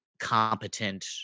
competent